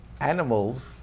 animals